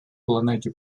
планеті